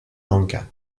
lanka